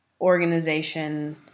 organization